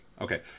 Okay